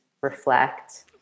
reflect